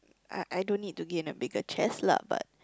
um I I don't need to gain a biggest chest lah but